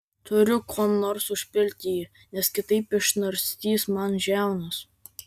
turiu kuom nors užpilti jį nes kitaip išnarstys man žiaunas